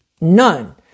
None